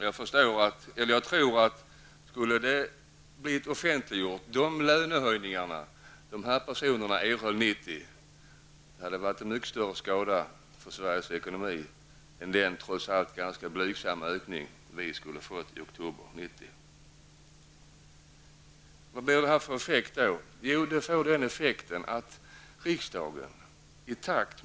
Jag tror att om man hade offentliggjort de lönehöjningar som dessa personer erhöll 1990, så hade det varit till mycket större skada för Sveriges ekonomi än den trots allt ganska blygsamma ökning vi skulle ha fått i oktober 1990. Vad får det här för effekt?